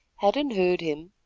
hadden heard him,